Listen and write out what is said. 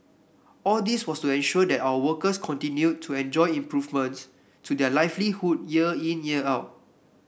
all this was to ensure that our workers continued to enjoy improvements to their livelihood year in year out